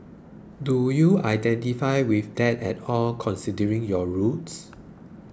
do you identify with that at all considering your roots